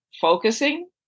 focusing